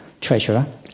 treasurer